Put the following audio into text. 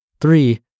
Three